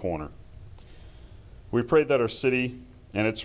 corner we pray that our city and its